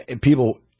people